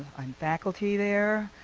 i'm faculty there.